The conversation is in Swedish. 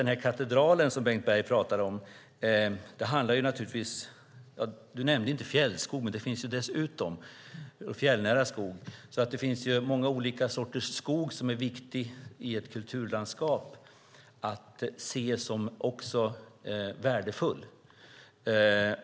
Den katedral som Bengt Berg talar om omfattar även fjällnära skog. Det finns alltså många olika sorters skogar som är viktiga i ett kulturlandskap och ska ses som värdefulla.